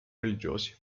religiosi